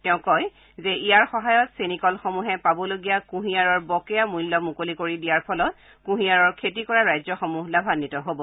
তেওঁ কয় যে ইয়াৰ সহায়ত চেনীকল সমূহে পাবলগীয়া কুঁহিয়াৰৰ বকেয়া মূল্য মুকলি কৰি দিয়াৰ ফলত কুঁহিয়াৰৰ খেতি কৰা ৰাজ্যসমূহ লাভান্বিত হব